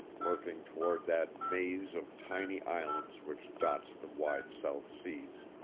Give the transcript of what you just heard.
working toward that maze of tiny islands which dots the wide south seas.